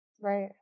Right